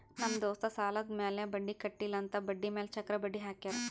ನಮ್ ದೋಸ್ತ್ ಸಾಲಾದ್ ಮ್ಯಾಲ ಬಡ್ಡಿ ಕಟ್ಟಿಲ್ಲ ಅಂತ್ ಬಡ್ಡಿ ಮ್ಯಾಲ ಚಕ್ರ ಬಡ್ಡಿ ಹಾಕ್ಯಾರ್